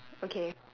okay